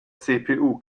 cpu